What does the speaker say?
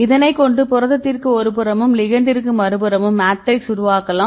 இதனை கொண்டு புரதத்திற்கு ஒருபுறமும் லிகெண்டிற்கு ஒருபுறமும் மேட்ரிக்ஸ் உருவாக்கலாம்